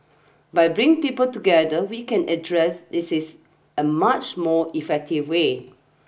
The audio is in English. by bringing people together we can address this is a much more effective way